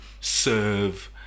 serve